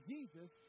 Jesus